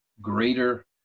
greater